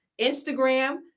Instagram